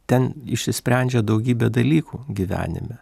ten išsisprendžia daugybė dalykų gyvenime